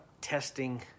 testing